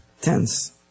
tense